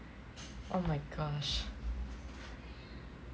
oh my gosh